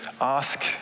ask